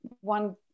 one